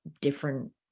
different